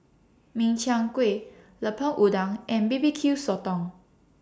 Min Chiang Kueh Lemper Udang and B B Q Sotong